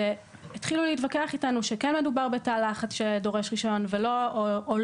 התחילו להתווכח איתנו שכן מדובר בתא לחץ שדורש רישיון או לא.